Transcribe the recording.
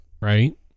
right